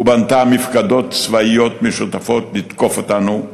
ובנתה מפקדות צבאיות משותפות לתקוף אותנו,